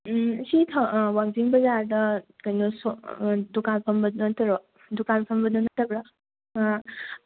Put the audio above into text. ꯎꯝ ꯁꯤ ꯋꯥꯡꯖꯤꯡ ꯕꯖꯥꯔꯗ ꯀꯩꯅꯣ ꯗꯨꯀꯥꯟ ꯐꯝꯕꯗꯣ ꯅꯠꯇ꯭ꯔꯣ ꯗꯨꯀꯥꯟ ꯐꯝꯕꯗꯣ ꯅꯠꯇꯕꯔꯥ ꯑꯥ